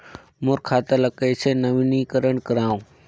मोर खाता ल कइसे नवीनीकरण कराओ?